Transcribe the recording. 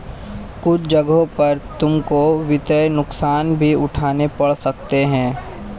कुछ जगहों पर तुमको वित्तीय नुकसान भी उठाने पड़ सकते हैं